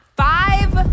five